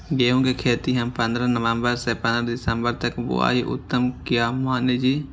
गेहूं के खेती हम पंद्रह नवम्बर से पंद्रह दिसम्बर तक बुआई उत्तम किया माने जी?